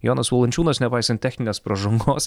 jonas valančiūnas nepaisant techninės pražangos